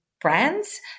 Brands